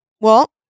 Well-